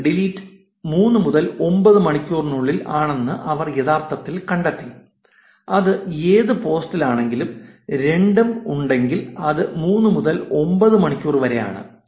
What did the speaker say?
peak delete 3 മുതൽ 9 മണിക്കൂർ ന് ഉള്ളിൽ ആണെന്ന് അവർ യഥാർത്ഥത്തിൽ കണ്ടെത്തി അത് ഏത് പോസ്റ്റിലാണെങ്കിലും രണ്ടും ഉണ്ടെങ്കിൽ അത് 3 മുതൽ 9 മണിക്കൂർ വരെയാണ്